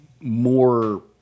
more